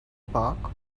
park